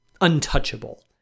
untouchable